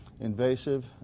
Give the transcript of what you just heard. invasive